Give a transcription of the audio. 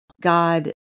God